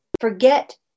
forget